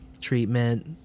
treatment